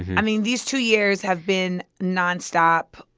i mean, these two years have been nonstop.